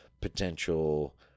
potential